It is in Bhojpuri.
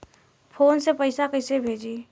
फोन से पैसा कैसे भेजी?